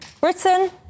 Britain